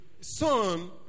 son